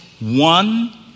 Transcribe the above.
one